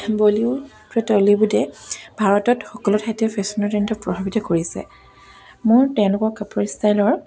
Bollywood টলিউডে ভাৰতত সকলো ঠাইতে ফেশ্বনৰ ট্ৰেণ্ডত প্ৰভাৱিত কৰিছে মোৰ তেওঁলোকৰ কাপোৰ ষ্টাইলৰ